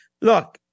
look